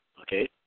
okay